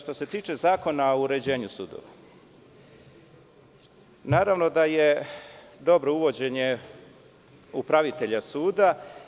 Što se tiče Zakona o uređenju sudova, naravno da je dobro uvođenje upravitelja suda.